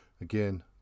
again